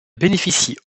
bénéficie